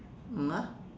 !huh!